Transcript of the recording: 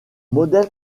modèle